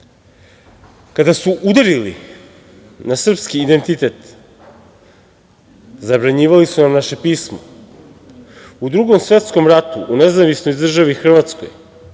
su udarili na srpski identitet, zabranjivali su nam naše pismo. U Drugom svetskom ratu u nezavisnoj državi Hrvatskoj